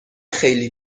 خیلی